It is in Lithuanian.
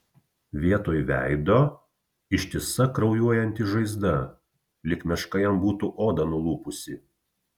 vietoj veido ištisa kraujuojanti žaizda lyg meška jam būtų odą nulupusi